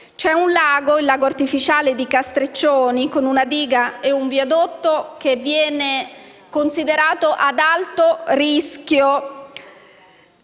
c’è un lago, il lago artificiale di Castreccioni, con una diga e un viadotto che vengono considerati ad alto rischio